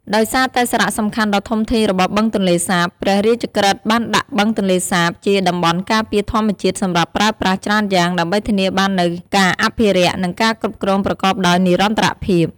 ដោយសារតែសារៈសំខាន់ដ៏ធំធេងរបស់បឹងទន្លេសាប ព្រះរាជក្រឹត្យបានដាក់បឹងទន្លេសាបជា តំបន់ការពារធម្មជាតិសម្រាប់ប្រើប្រាស់ច្រើនយ៉ាង ដើម្បីធានាបាននូវការអភិរក្ស និងការគ្រប់គ្រងប្រកបដោយនិរន្តរភាព។